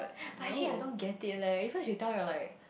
but actually I don't get it leh because you tell you're like